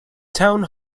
town